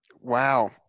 Wow